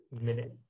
minute